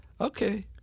Okay